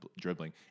dribbling